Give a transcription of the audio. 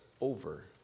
over